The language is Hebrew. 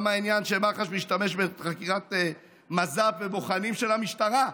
גם העניין שמח"ש משתמש בחקירת מז"פ ובוחנים של המשטרה.